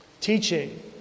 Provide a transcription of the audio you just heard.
teaching